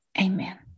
amen